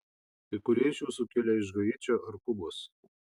kai kurie iš jūsų kilę iš haičio ar kubos